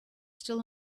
still